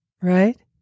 right